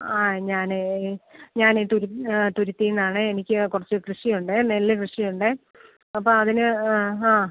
ആ ഞാൻ ഞാൻ തുരുത്തിൽ നിന്നാണേ എനിക്ക് കുറച്ച് കൃഷിയുണ്ട് നെല്ല് കൃഷിയുണ്ട് അപ്പോൾ അതിന് ആ